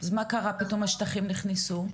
אז מה קרה פתאום השטחים נכנסו?